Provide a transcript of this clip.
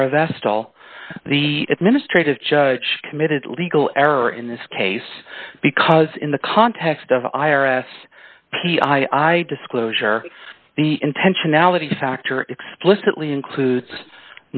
sara vestal the administrative judge committed legal error in this case because in the context of i r s p i disclosure the intentionality factor explicitly includes